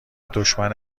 دشمن